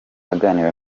aganira